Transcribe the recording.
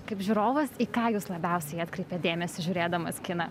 kaip žiūrovas į ką jūs labiausiai atkreipiat dėmesį žiūrėdamas kiną